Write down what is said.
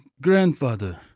grandfather